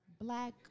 Black